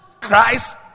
Christ